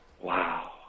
wow